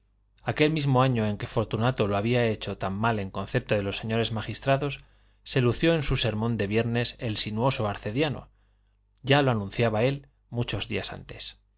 aquel mismo año en que fortunato lo había hecho tan mal en concepto de los señores magistrados se lució en su sermón de viernes el sinuoso arcediano ya lo anunciaba él muchos días antes